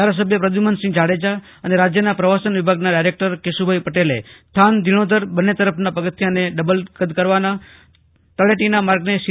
collector સમક્ષ ધારાસભ્ય પ્રદ્યુમનસિંહ જાડેજા અને રાજ્યના પ્રવાસન વિભાગના ડાયરેક્ટર કેશુભાઇ પટેલે થાન ધીણોધર બંને તરફના પગથિયાંને ડબલ કદના કરવા તળેટીના માર્ગને સી